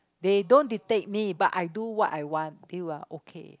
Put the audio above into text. they don't dictate me but I do what I want they are okay